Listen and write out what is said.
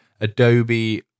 Adobe